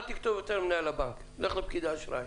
אל תכתוב יותר למנהל הבנק, לך לפקידי האשראי.